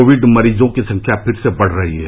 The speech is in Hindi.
कोविड मरीजों की संख्या फिर से बढ़ रही है